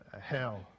Hell